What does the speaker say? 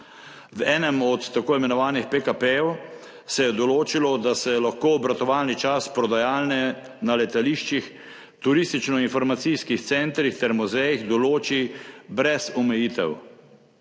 V enem od tako imenovanih PKP se je določilo, da se lahko obratovalni čas prodajalne na letališčih, turističnoinformacijskih centrih ter muzejih določi brez omejitev.